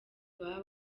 baba